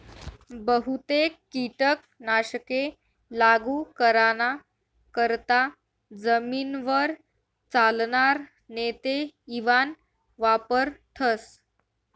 बहुतेक कीटक नाशके लागू कराना करता जमीनवर चालनार नेते इवान वापरथस